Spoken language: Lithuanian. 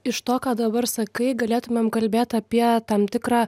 iš to ką dabar sakai galėtumėme kalbėti apie tam tikrą